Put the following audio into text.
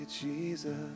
Jesus